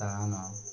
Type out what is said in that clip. ସ୍ଥାନ